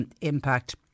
impact